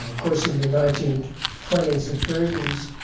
course, in the nineteen twenty s and thirty s,